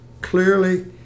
clearly